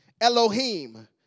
Elohim